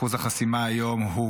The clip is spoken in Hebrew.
אחוז החסימה היום הוא,